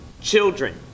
children